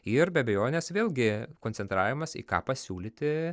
ir be abejonės vėlgi koncentravimas į ką pasiūlyti